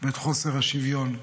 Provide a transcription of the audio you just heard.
ואת חוסר השוויון.